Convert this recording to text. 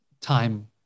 time